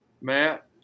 Matt